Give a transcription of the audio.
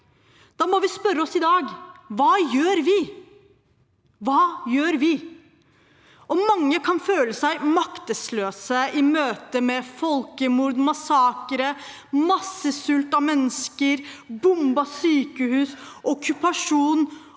Da må vi spørre oss i dag: Hva gjør vi? Hva gjør vi? Mange kan føle seg maktesløse i møte med folkemord, massakrer, massesult, bombede sykehus, okkupasjon